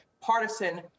Partisan